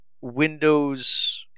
Windows